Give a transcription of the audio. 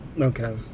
Okay